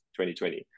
2020